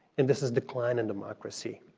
and this is decline in democracy.